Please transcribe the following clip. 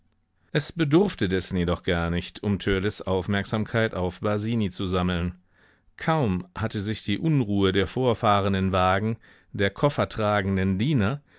es bedurfte dessen jedoch gar nicht um törleß aufmerksamkeit auf basini zu sammeln kaum hatte sich die unruhe der vorfahrenden wagen der koffertragenden diener